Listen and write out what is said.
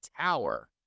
tower